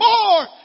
more